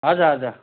हजुर हजुर